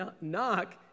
knock